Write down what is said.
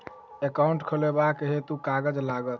Account खोलाबक हेतु केँ कागज लागत?